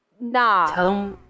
Nah